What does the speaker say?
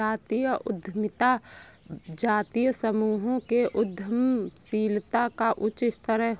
जातीय उद्यमिता जातीय समूहों के उद्यमशीलता का उच्च स्तर है